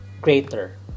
greater